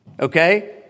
Okay